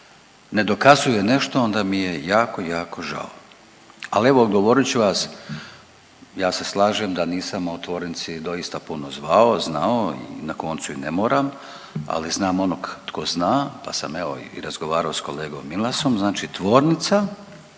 ne dokazuje nešto onda mi je jako, jako žao. Ali evo odgovorit ću vas ja se slažem da nisam o tvornici doista puno znao i na koncu i ne moram, ali znam onog tko zna pa sam evo i razgovarao s kolegom Milasom. Znači tvornica